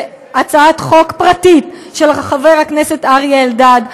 הצעת חוק פרטית של חבר הכנסת אריה אלדד,